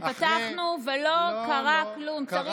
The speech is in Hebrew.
פתחנו ולא קרה כלום, לא, לא, קרה.